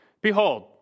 Behold